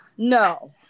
No